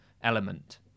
element